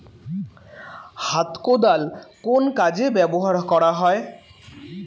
হাত কোদাল কোন কাজে ব্যবহার করা হয়?